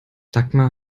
dagmar